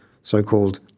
so-called